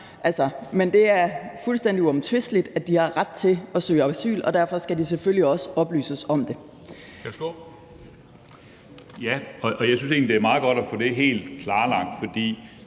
er klart og fuldstændig uomtvisteligt, at de har ret til at søge asyl, og derfor skal de selvfølgelig også oplyses om det.